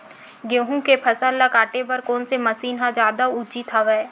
गेहूं के फसल ल काटे बर कोन से मशीन ह जादा उचित हवय?